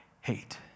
hate